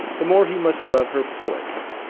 the more he must love her poets.